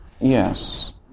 Yes